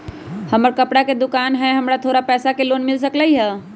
हमर कपड़ा के दुकान है हमरा थोड़ा पैसा के लोन मिल सकलई ह?